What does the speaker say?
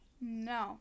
No